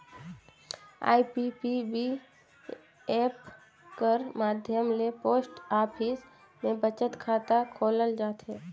IPPB app कर माध्यम ले पोस्ट ऑफिस में बचत खाता खोलल जाथे